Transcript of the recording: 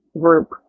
group